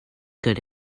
could